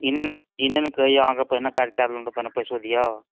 ई नहि ने ई नहि ने कहैया आहाँके पहिने काज कए देलहुॅं तऽ पहिने पैसो दिअ